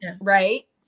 right